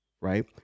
right